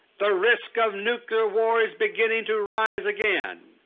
the risk of nuclear war is beginning to rise again.